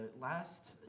last